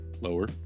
Lower